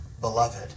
beloved